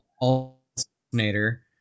alternator